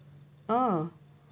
oh